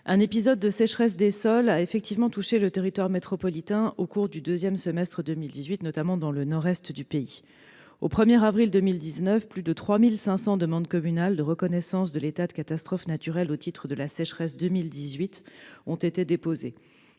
un épisode de sécheresse des sols a touché le territoire métropolitain au cours du second semestre 2018, notamment dans le nord-est du pays. Au 1 avril 2019, plus de 3 500 demandes communales de reconnaissance de l'état de catastrophe naturelle au titre de la sécheresse 2018 ont été déposées.